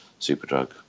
Superdrug